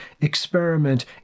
experiment